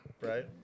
Right